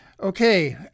Okay